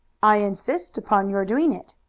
i insist upon your doing it.